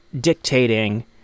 dictating